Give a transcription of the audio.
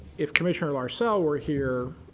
if commissioner larsell were here,